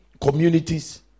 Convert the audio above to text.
communities